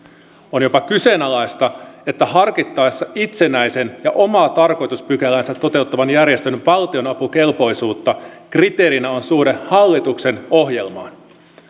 on jopa kyseenalaista että harkittaessa itsenäisen ja omaa tarkoituspykäläänsä toteuttavan järjestön valtionapukelpoisuutta kriteerinä on suhde hallituksen ohjelmaan